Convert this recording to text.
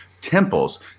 temples